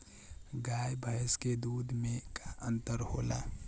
गाय भैंस के दूध में का अन्तर होला?